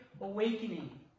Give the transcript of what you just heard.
Awakening